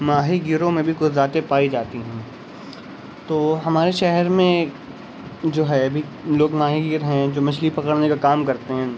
ماہی گیروں میں بھی کوئی ذاتیں پائی جاتی ہیں تو ہمارے شہر میں جو ہے ابھی لوگ ماہی گیر ہیں جو مچھلی پکڑنے کا کام کرتے ہیں